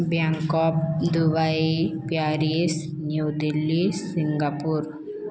Bangkok Dubai Paris New Delhi Singapore